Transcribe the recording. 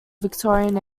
victorian